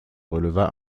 releva